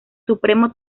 supremo